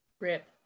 Rip